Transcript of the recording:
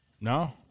No